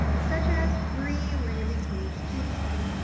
such as free landing page cheat sheet,